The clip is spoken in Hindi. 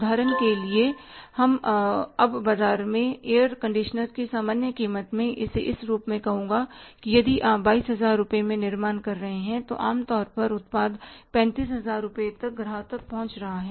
उदाहरण के लिए अब बाजार में एयर कंडीशनर की सामान्य कीमत मैं इसे इस रूप में कहूँगा कि यदि आप 22000 रुपये में निर्माण कर रहे हैं तो आम तौर पर उत्पाद 35000 रुपये तक ग्राहक तक पहुंच रहा है